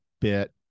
bit